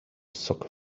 soccer